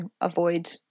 avoid